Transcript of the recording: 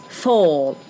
fall